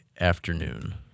afternoon